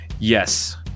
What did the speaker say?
yes